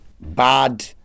bad